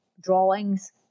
drawings